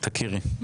תכירי.